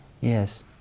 Yes